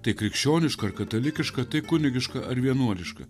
tai krikščioniška ar katalikiška tai kunigiška ar vienuoliška